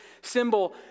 symbol